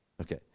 Okay